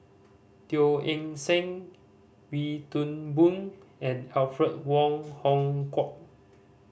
Teo Eng Seng Wee Toon Boon and Alfred Wong Hong Kwok